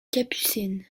capucines